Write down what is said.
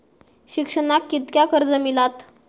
शिक्षणाक कीतक्या कर्ज मिलात?